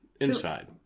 inside